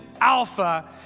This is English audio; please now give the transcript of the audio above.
Alpha